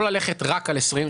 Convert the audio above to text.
או ללכת רק על שנת 2020,